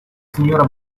signora